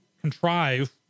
contrive